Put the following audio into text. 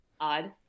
Odd